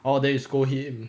orh then you scold him